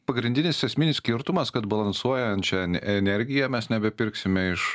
pagrindinis esminis skirtumas kad balansuojančią energiją mes nebepirksime iš